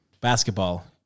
basketball